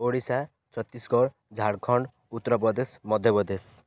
Odisha Chhattisgarh Jharkhand Uttar Pradesh Madhya Pradesh